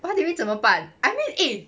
what do you mean 怎么办 I mean eh